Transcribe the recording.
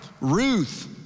Ruth